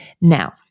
Now